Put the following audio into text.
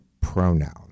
pronoun